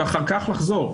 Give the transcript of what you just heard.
ואחר כך לחזור.